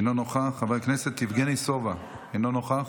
אינו נוכח, חבר הכנסת יבגני סובה, אינו נוכח,